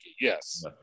yes